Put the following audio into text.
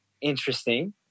interesting